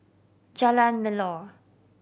Jalan Melor